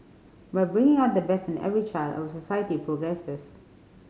by bringing out the best in every child our society progresses